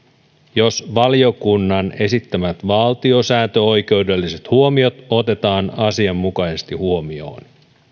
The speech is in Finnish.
jos valiokunnan esittämät valtiosääntöoikeudelliset huomiot otetaan asianmukaisesti huomioon